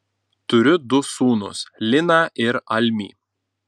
turiu du sūnus liną ir almį